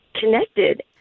connected